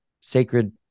sacred